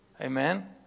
Amen